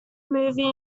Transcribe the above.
movie